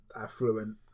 Affluent